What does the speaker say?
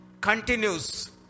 continues